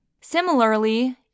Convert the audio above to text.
Similarly